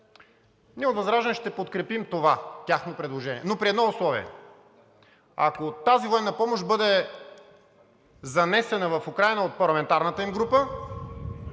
ние от ВЪЗРАЖДАНЕ ще подкрепим това тяхно предложение, но при едно условие: ако тази военна помощ бъде занесена в Украйна от парламентарната им група,